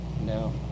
No